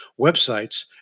websites